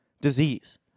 disease